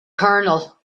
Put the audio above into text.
colonel